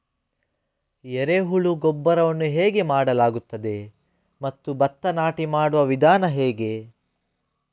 ಎರೆಹುಳು ಗೊಬ್ಬರವನ್ನು ಹೇಗೆ ಮಾಡಲಾಗುತ್ತದೆ ಮತ್ತು ಭತ್ತ ನಾಟಿ ಮಾಡುವ ವಿಧಾನ ಹೇಗೆ?